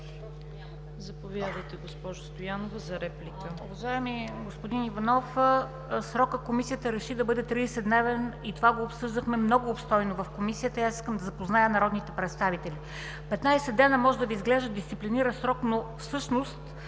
Заповядайте, госпожо Стоянова, за реплика.